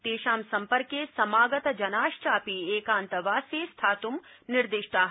तेषां सम्पर्के समागत जना अपि एकान्तवासे स्थात्ं निर्दिष्टा